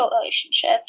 relationship